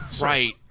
right